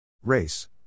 Race